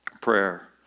prayer